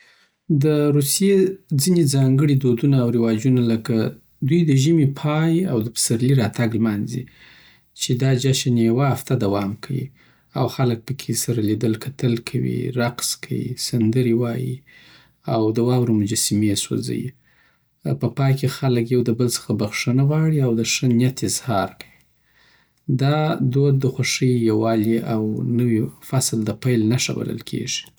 د روسیې ځینې ځانګړي دودونه او رواجونه لکه دوی د ژمی پای او دپسرلی راتګ المانځی چی دا جشن یی یوه هفته دوام کوی او خلک پکې سره لیدل کتل کوي، رقص کوي، سندرې وایي او د واورې مجسمې سوځویی په پای کې خلک یو د بل څخه بخښنه غواړي او د ښه نیت اظهاره وی دا دود د خوښۍ، یووالي او نوي فصل د پیل نښه بلل کیږی